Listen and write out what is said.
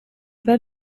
pas